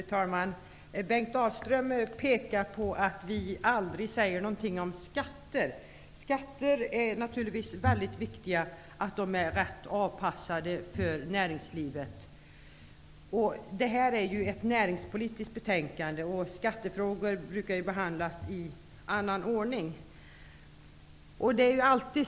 Fru talman! Bengt Dalström pekar på att vi aldrig säger någonting om skatter. Det är naturligtvis mycket viktigt att skatterna är rätt avpassade för näringslivet. Det är ju ett näringspolitiskt betänkande som nu behandlas, och skattefrågor brukar tas upp i annan ordning.